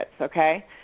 Okay